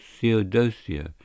Theodosia